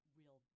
real